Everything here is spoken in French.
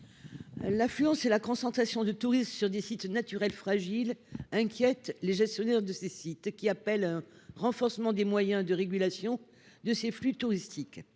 L'affluence et la concentration de touristes sur des sites naturels fragiles inquiètent leurs gestionnaires, qui appellent à un renforcement des moyens de régulation de ces flux touristiques.